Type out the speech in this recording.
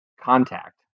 contact